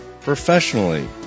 professionally